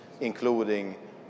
including